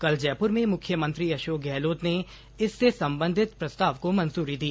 कल जयपुर में मुख्यमंत्री अशोक गहलोत ने इससे संबंधित प्रस्ताव को मंजूरी दी